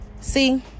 See